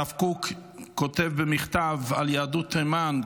הרב קוק כותב במכתב על יהדות תימן,